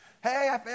Hey